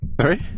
Sorry